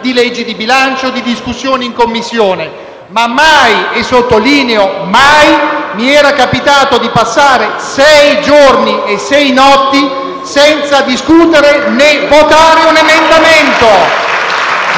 di leggi di bilancio, di discussioni in Commissione, ma mai - e sottolineo mai - mi era capitato di passare sei giorni e sei notti senza discutere né votare un emendamento,